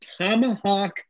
Tomahawk